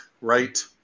right